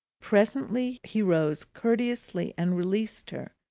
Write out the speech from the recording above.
presently he rose courteously and released her,